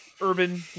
urban